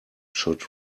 should